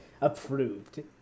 Approved